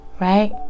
right